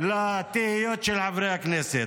לתהיות של חברי הכנסת.